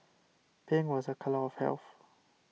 pink was a colour of health